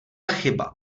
chyba